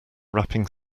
wrapping